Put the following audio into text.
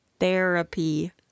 Therapy